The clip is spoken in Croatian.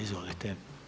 Izvolite.